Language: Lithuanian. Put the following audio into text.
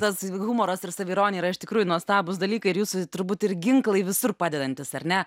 tas humoras ir saviironija yra iš tikrųjų nuostabūs dalykai ir jūsų turbūt ir ginklai visur padedantys ar ne